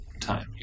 time